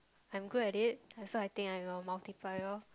I'm good at it so I think I'm a multiplier